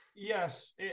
Yes